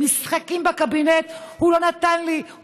במשחקים בקבינט: הוא לא נתן לי,